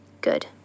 Good